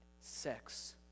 Sex